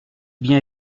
bien